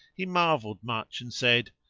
he marvelled much and said,